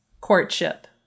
courtship